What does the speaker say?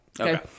Okay